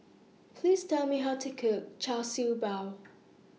Please Tell Me How to Cook Char Siew Bao